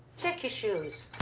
check your shoes,